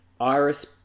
Iris